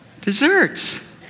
desserts